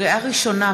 לקריאה ראשונה,